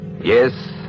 Yes